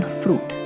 fruit